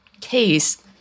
case